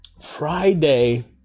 Friday